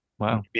Wow